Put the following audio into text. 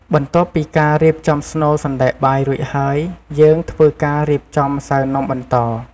បន្ទាប់ពីការរៀបចំស្នូលសណ្ដែកបាយរួចហើយ យើងធ្វើការរៀបចំម្សៅនំបន្ត។